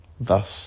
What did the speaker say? thus